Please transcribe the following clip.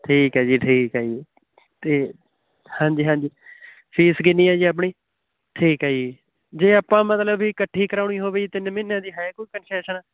ਠੀਕ ਹੈ ਜੀ ਠੀਕ ਹੈ ਜੀ ਅਤੇ ਹਾਂਜੀ ਹਾਂਜੀ ਫੀਸ ਕਿੰਨੀ ਹੈ ਜੀ ਆਪਣੀ ਠੀਕ ਹੈ ਜੀ ਜੇ ਆਪਾਂ ਮਤਲਬ ਵੀ ਇਕੱਠੀ ਕਰਵਾਉਣੀ ਹੋਵੇ ਤਿੰਨ ਮਹੀਨਿਆਂ ਦੀ ਹੈ ਕੋਈ ਕਨਸੈਸ਼ਨ